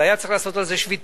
והיה צריך לעשות על זה שביתה.